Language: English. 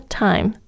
time